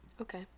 okay